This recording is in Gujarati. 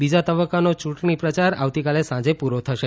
બીજા તબક્કાનો ચૂંટણી પ્રચાર આવતી કાલે સાંજે પૂરો થશે